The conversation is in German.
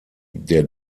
der